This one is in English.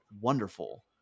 wonderful